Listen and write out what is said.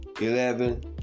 eleven